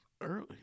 early